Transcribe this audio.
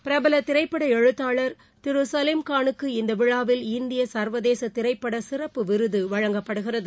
பிரபல திரைப்பட எழுத்தாளர் திரு சலீம்கானுக்கு இந்த விழாவில் இந்திய சர்வதேச திரைப்பட சிறப்பு விருது வழங்கப்படுகிறது